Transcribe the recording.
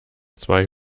zwei